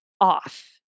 off